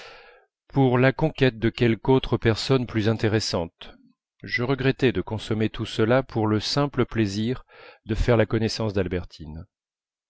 pour la conquête de quelque autre personne plus intéressante je regrettai de consommer tout cela pour le simple plaisir de faire la connaissance d'albertine